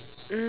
mm